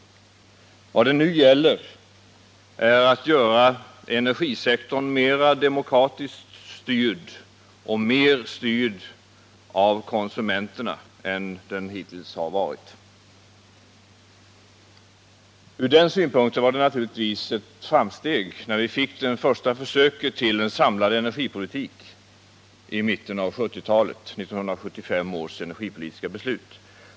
Vad det nu gäller är att göra energisektorn mera demokratiskt styrd och mer styrd av konsumenterna än den hittills har varit. Ur den synpunkten var det naturligtvis ett framsteg när vi i mitten av 1970-talet fick det första försöket till en samlad energipolitik, 1975 års energipolitiska beslut.